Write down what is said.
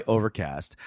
Overcast